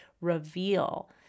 reveal